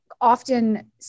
often